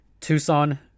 Tucson